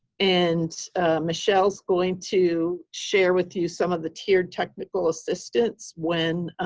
and michelle's going to share with you some of the tiered technical assistance when